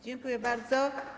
Dziękuję bardzo.